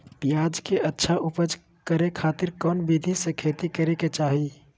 प्याज के अच्छा उपज करे खातिर कौन विधि से खेती करे के चाही?